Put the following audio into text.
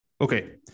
Okay